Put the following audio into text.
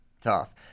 tough